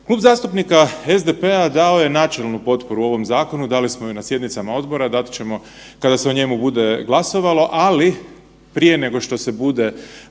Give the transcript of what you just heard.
Klub zastupnika SDP-a dao je načelnu potporu ovom zakonu, dali smo ju na sjednicama odbora, dat ćemo kada se o njemu bude glasovalo, ali, prije nego što se bude